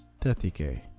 30k